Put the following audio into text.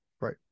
Right